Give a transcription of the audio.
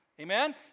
Amen